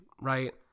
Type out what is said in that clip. right